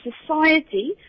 society